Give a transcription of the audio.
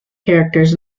characters